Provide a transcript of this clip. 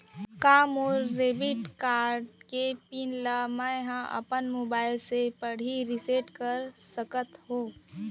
का मोर debit card के पिन ल मैं ह अपन मोबाइल से पड़ही रिसेट कर सकत हो?